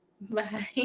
Bye